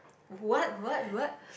what what what